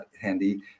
handy